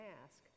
ask